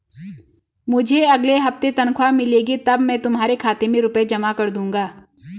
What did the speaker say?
मुझे अगले हफ्ते तनख्वाह मिलेगी तब मैं तुम्हारे खाते में रुपए जमा कर दूंगा